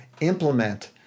implement